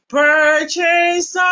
purchase